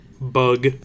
bug